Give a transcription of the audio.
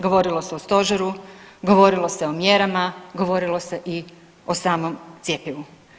Govorilo se o Stožeru, govorilo se o mjerama, govorilo se i o samom cjepivu.